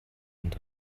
und